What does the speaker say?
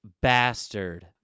bastard